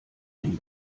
den